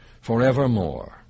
forevermore